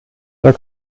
der